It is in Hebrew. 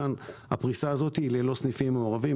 הפריסה הזאת היא ללא סניפים מעורבים,